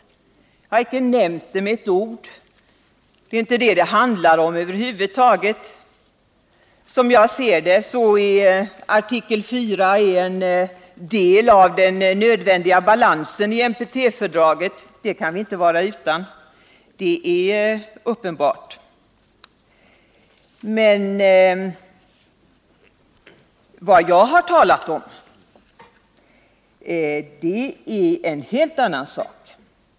Jag har icke nämnt det med ett ord. Det är inte det som det handlar om. Som jag ser det är artikel IV en del som behövs för den nödvändiga balansen i NPT-fördraget, och det kan vi uppenbarligen inte vara utan. Vad jag har talat om är en helt annan sak.